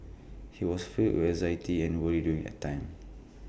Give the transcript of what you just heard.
he was filled with anxiety and worry during that time